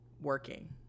working